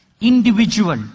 individual